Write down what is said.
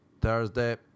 Thursday